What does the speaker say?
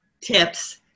tips